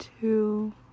Two